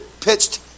pitched